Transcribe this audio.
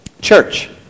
Church